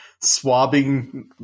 swabbing